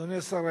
אדוני השר,